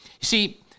See